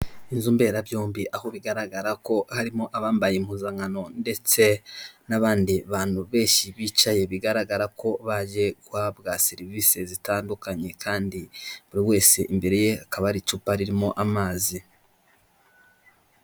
Inzu mberabyombi aho bigaragara ko harimo abambaye impuzankano, ndetse n'abandi bantu benshi bicaye bigaragara ko bagiye guhabwa serivisi zitandukanye, kandi buri wese imbere ye hakaba hari icupa ririmo amazi.